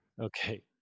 Okay